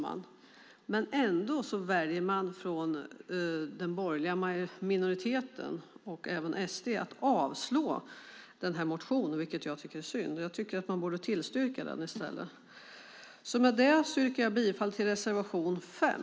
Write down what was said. Men ändå väljer den borgerliga minoriteten och även Sverigedemokraterna att avstyrka motionen, vilket jag tycker är synd. Jag tycker att de borde tillstyrka den i stället. Med det yrkar jag bifall till reservation 5.